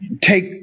take